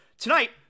Tonight